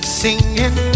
singing